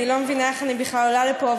אני לא מבינה איך בכלל אני עולה לפה.